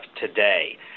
today